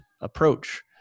approach